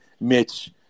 Mitch